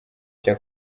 cya